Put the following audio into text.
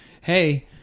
hey